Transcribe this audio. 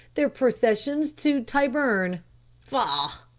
their processions to tyburn phaugh!